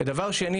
ודבר שני,